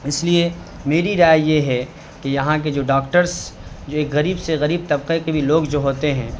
اس لیے میری رائے یہ ہے کہ یہاں کے جو ڈاکٹرس یہ غریب سے غریب طبقے کے بھی لوگ جو ہوتے ہیں